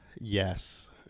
Yes